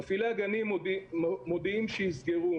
מפעילי הגנים מודיעים שיסגרו,